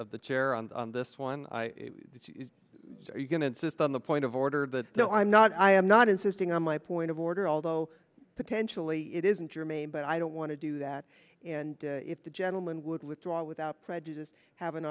the chair and on this one are you going to insist on the point of order but no i'm not i am not insisting on my point of order although potentially it isn't germane but i don't want to do that and if the gentleman would withdraw without prejudice have an